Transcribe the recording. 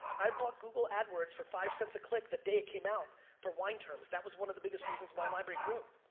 i bought google adwords for five cents a click the day it came out for wine terms. that was one of the biggest reasons my library grew.